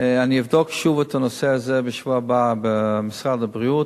שאני אבדוק שוב את הנושא הזה בשבוע הבא במשרד הבריאות